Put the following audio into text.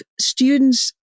students